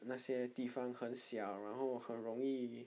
那些地方很小然后很容易